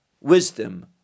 wisdom